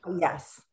yes